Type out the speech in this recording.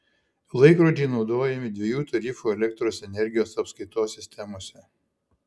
laikrodžiai naudojami dviejų tarifų elektros energijos apskaitos sistemose